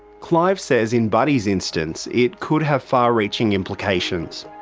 clive says in buddy's instance it could have far reaching implications.